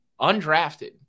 undrafted